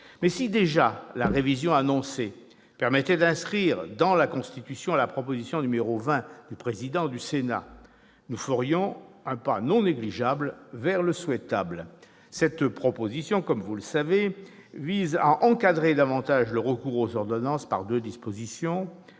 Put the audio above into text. Si seulement la révision annoncée permettait d'inscrire dans la Constitution la proposition n° 20 du président du Sénat, nous ferions un pas non négligeable vers le souhaitable. Cette proposition, je le rappelle, vise à encadrer davantage le recours aux ordonnances par deux dispositions